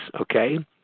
okay